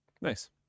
Nice